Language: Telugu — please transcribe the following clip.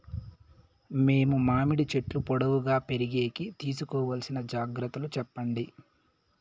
మేము మామిడి చెట్లు పొడువుగా పెరిగేకి తీసుకోవాల్సిన జాగ్రత్త లు చెప్పండి?